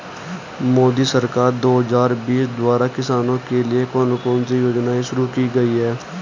मोदी सरकार दो हज़ार बीस द्वारा किसानों के लिए कौन सी योजनाएं शुरू की गई हैं?